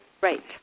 Right